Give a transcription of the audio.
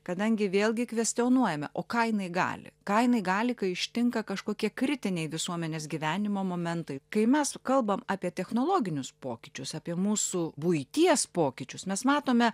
kadangi vėlgi kvestionuojame o ką jinai gali ką jinai gali kai ištinka kažkokie kritiniai visuomenės gyvenimo momentai kai mes kalbam apie technologinius pokyčius apie mūsų buities pokyčius mes matome